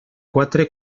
quatre